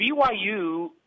BYU